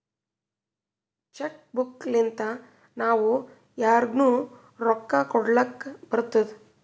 check book ಲಿಂತಾ ನಾವೂ ಯಾರಿಗ್ನು ರೊಕ್ಕಾ ಕೊಡ್ಲಾಕ್ ಬರ್ತುದ್